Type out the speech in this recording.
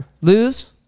Lose